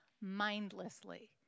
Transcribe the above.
mindlessly